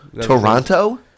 Toronto